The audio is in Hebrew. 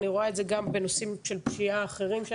אני רואה את זה גם בנושאים אחרים של פשיעה שאנחנו